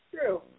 True